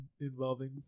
involving